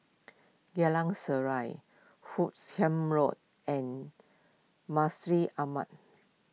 Geylang Serai Hoot Kiam Road and Masjid Ahmad